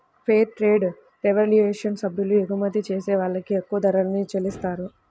fair trade revolution సభ్యులు ఎగుమతి చేసే వాళ్ళకి ఎక్కువ ధరల్ని చెల్లిత్తారు